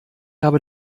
habe